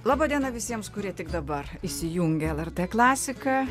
laba diena visiems kurie tik dabar įsijungė lrt klasiką